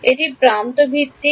এটি প্রান্ত ভিত্তিক